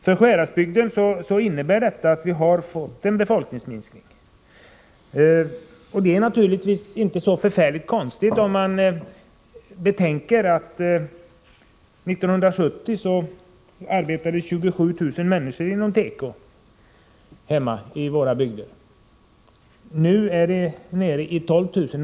För Sjuhäradsbygden har det inneburit att vi fått en befolkningsminskning. Det är naturligtvis inte så förfärligt konstigt. År 1970 arbetade 27 000 människor inom tekoindustrin hemma i våra bygder. Nu är vi nere i 12 000.